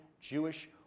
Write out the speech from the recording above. Jewish